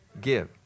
give